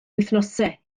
wythnosau